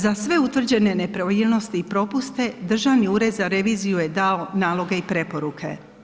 Za sve utvrđene nepravilnosti i propuste Državni ured za reviziju je dao naloge i preporuke.